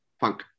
Funk